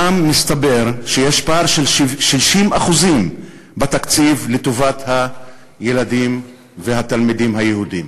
שם מסתבר שיש פער של 60% בתקציב לטובת הילדים והתלמידים היהודים.